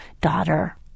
daughter